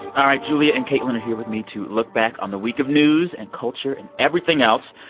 all right julia and caitlin are here with me to look back on the week of news and culture and everything else.